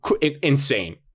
Insane